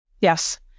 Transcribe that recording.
Yes